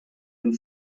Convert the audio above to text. and